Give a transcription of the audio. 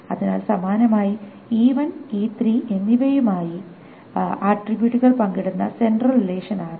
അതിനാൽ സമാനമായി E1 E2 എന്നിവയും E2 എന്നത് പ്രധാനമായും E1 E3 എന്നിവയുമായി ആട്രിബ്യൂട്ടുകൾ പങ്കിടുന്ന സെൻട്രൽ റിലേഷൻ ആണ്